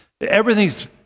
Everything's